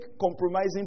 compromising